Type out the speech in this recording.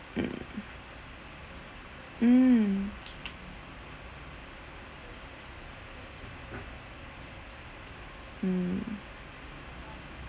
mm mm mm